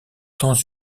temps